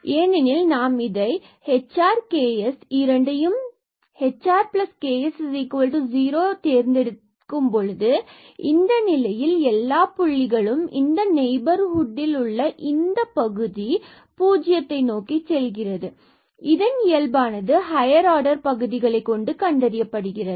ஏனெனில் நாம் இதை hr and ks இரண்டையும் hrks0 தேர்ந்தெடுத்தால் எனும் பொழுது இந்த நிலையில் எல்லா புள்ளிகளும் இந்த நெய்பர்ஹுட்டில் இந்தப் பகுதி பூஜ்ஜியத்தை நோக்கி செல்கிறது மற்றும் இதன் இயல்பானது ஹையர் ஆர்டர் பகுதிகளைக் கொண்டு கண்டறியப்படுகிறது